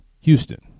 Houston